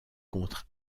contre